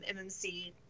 MMC